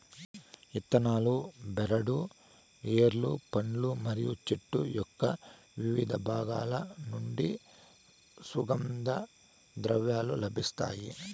ఇత్తనాలు, బెరడు, వేర్లు, పండ్లు మరియు చెట్టు యొక్కవివిధ బాగాల నుంచి సుగంధ ద్రవ్యాలు లభిస్తాయి